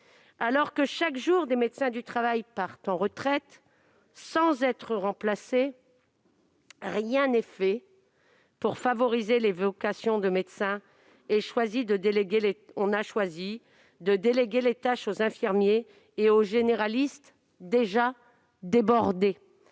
Alors que, chaque jour, des médecins du travail partent à la retraite sans être remplacés, rien n'est fait pour favoriser les vocations de médecins. On a choisi de déléguer les tâches aux infirmiers et aux médecins généralistes, déjà débordés.